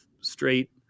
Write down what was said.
straight